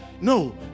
No